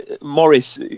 Morris